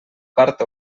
part